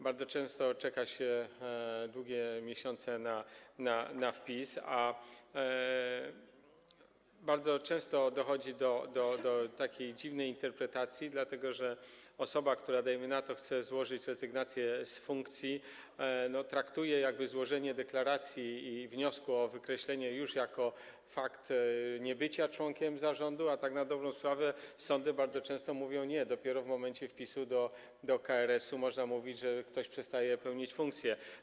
Bardzo często czeka się długie miesiące na wpis i bardzo często dochodzi do takiej dziwnej interpretacji, dlatego że osoba, która, dajmy na to, chce złożyć rezygnację z funkcji, traktuje złożenie deklaracji i wniosku o wykreślenie już jako fakt niebycia członkiem zarządu, a tak na dobrą sprawę sądy bardzo często mówią: nie, dopiero w momencie wpisu do KRS-u można mówić, że ktoś przestaje pełnić funkcję.